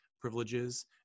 privileges